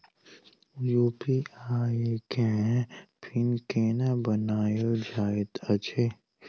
UPI केँ PIN केना बनायल जाइत अछि